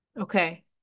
okay